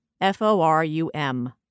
F-O-R-U-M